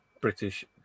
British